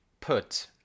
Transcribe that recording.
put